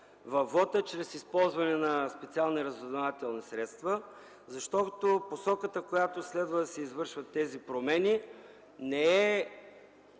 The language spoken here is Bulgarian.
във вота чрез използване на специални разузнавателни средства, защото посоката, в която следва да се извършват тези промени, не е